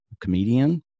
comedian